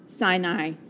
Sinai